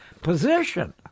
position